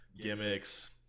gimmicks